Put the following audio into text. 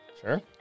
Sure